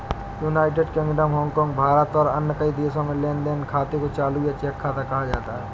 United Kingdom, Hong Kong, Bharat और कई अन्य देशों में लेन देन खाते को चालू या चेक खाता कहा जाता है